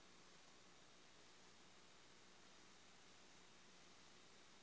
आजकार तने शेष राशि कि छे?